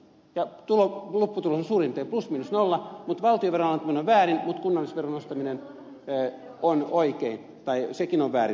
lopputulos on suurin piirtein plus miinus nolla mutta valtionveron alentaminen on väärin mutta kunnallisveron nostaminen on oikein tai sekin on väärin